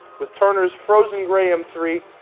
with turner's frozen gray m three,